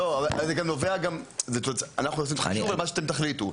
אנחנו עושים את החישוב על מה שאתם תחליטו,